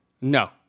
No